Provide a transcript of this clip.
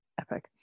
epic